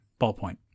ballpoint